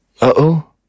Uh-oh